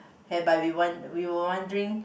whereby we won~ we were wondering